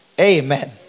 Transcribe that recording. Amen